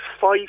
five